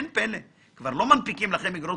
אין פלא כבר לא מנפיקים לכם איגרות